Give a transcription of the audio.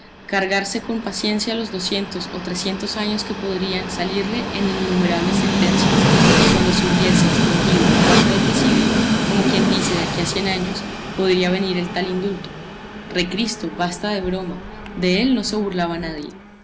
cargarse con paciencia los doscientos o trescientos años que podrían salirle en innumerables sentencias y cuando hubiese extinguido una parte de presidio como quien dice de aquí a cien años podría venir el tal indulto recristo basta de broma de él no se burlaba nadie